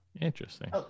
interesting